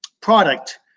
product